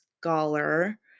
scholar